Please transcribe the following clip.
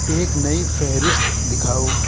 ایک نئی فہرست دکھاؤ